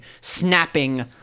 snapping